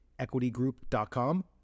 equitygroup.com